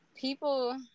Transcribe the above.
People